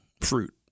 fruit